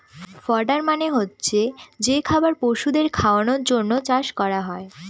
fodder মানে হচ্ছে যে খাবার পশুদের খাওয়ানোর জন্য চাষ করা হয়